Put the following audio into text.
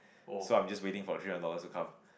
so I'm just waiting for three hundred dollars to come